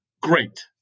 Great